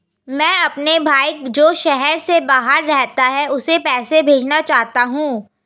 मैं अपने भाई जो शहर से बाहर रहता है, उसे पैसे भेजना चाहता हूँ